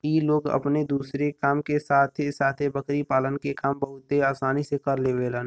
इ लोग अपने दूसरे काम के साथे साथे बकरी पालन के काम बहुते आसानी से कर लेवलन